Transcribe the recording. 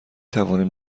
توانیم